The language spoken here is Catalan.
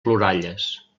ploralles